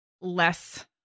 less